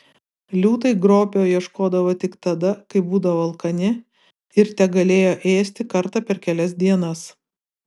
liūtai grobio ieškodavo tik tada kai būdavo alkani ir tegalėjo ėsti kartą per kelias dienas